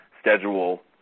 schedule